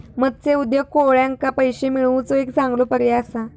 मत्स्य उद्योग कोळ्यांका पैशे मिळवुचो एक चांगलो पर्याय असा